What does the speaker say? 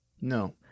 No